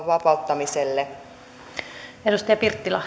vapauttamiselle